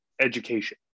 education